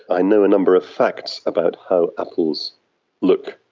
i know a number of facts about how apples look.